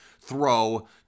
throw